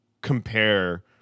compare